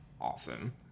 Awesome